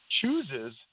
chooses